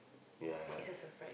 ya ya